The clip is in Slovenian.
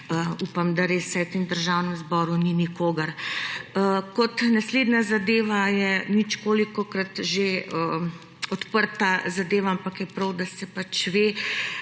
Upam, da res vsaj v tem državnem zboru ni nikogar. Naslednja zadeva je ničkolikokrat že odprta zadeva, ampak je prav, da se ve,